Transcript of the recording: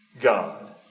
God